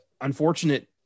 unfortunate